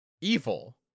evil